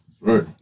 Right